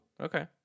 Okay